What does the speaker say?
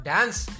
Dance